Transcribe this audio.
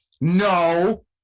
no